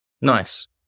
Nice